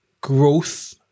growth